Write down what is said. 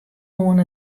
oan